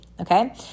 okay